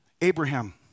Abraham